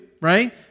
right